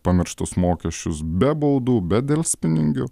pamirštus mokesčius be baudų be delspinigių